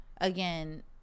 again